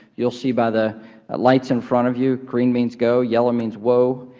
you'll see by the lights in front of you, green means go, yellow means whoa,